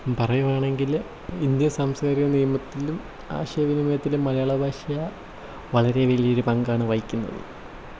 പറയുവാണെങ്കിൽ ഇന്ത്യ സാംസ്ക്കാരിക നിയമത്തിലും ആശയവിനിമയത്തിലും മലയാള ഭാഷ വളരെ വലിയൊരു പങ്കാണ് വഹിക്കുന്നത്